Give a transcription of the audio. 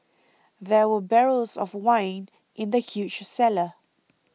there were barrels of wine in the huge cellar